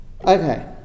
Okay